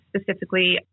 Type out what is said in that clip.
specifically